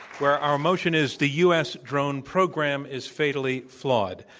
where our motion is the u. s. drone program is fatally flawed.